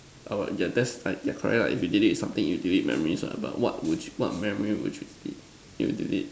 I would yeah that's like yeah correct right if you delete something you delete memories ah but what would you what memory would you delete you delete